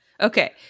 Okay